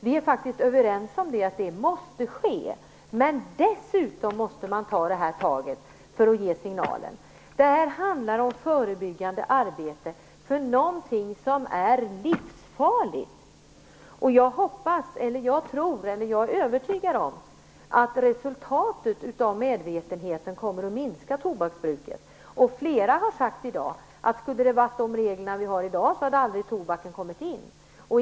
Vi är faktiskt överens om att det måste ske. Men dessutom måste man ta tag i problemet på detta sätt för att ge signaler. Det handlar om förebyggande arbete för någonting som är livsfarligt. Jag är övertygad om att resultatet av medvetenheten kommer att minska tobaksbruket. Flera har i dag sagt att om de regler som vi har i dag hade funnits tidigare hade aldrig tobaken kommit hit.